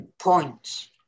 points